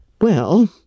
Well